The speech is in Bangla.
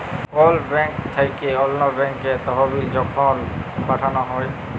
কল ব্যাংক থ্যাইকে অল্য ব্যাংকে তহবিল যখল পাঠাল হ্যয়